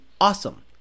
awesome